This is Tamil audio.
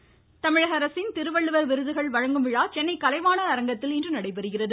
விருதுகள் தமிழக அரசின் திருவள்ளுவர் விருதுகள் வழங்கும் விழா சென்னை கலைவாணர் அரங்கத்தில் இன்று நடைபெறுகிறது